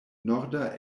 norda